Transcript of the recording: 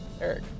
Eric